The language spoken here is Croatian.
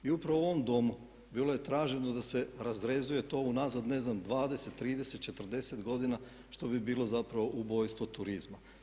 I upravo u ovom Domu bilo je traženo da se razrezuje to unazad ne znam 20, 30, 40 godina što bi bilo zapravo ubojstvo turizma.